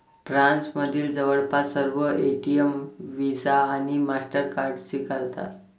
फ्रान्समधील जवळपास सर्व एटीएम व्हिसा आणि मास्टरकार्ड स्वीकारतात